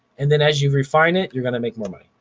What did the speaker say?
and then as you refine it, you're gonna make more money.